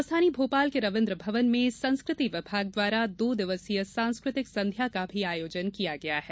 राजधानी भोपाल के रवीन्द्र भवन में संस्कृति विभाग द्वारा दो दिवसीय सांस्कृतिक संध्या का भी आयोजन किया गया है